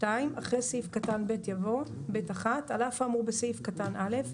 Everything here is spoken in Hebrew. אחרי סעיף קטן (ב) יבוא: "(ב1)על אף האמור בסעיף קטן (א),